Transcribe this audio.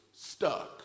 Stuck